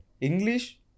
English